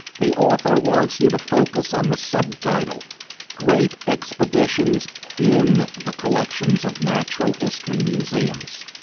the author wants you to focus on the sub-title great expeditions in the collections of natural history museums.